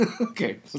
okay